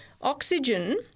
Oxygen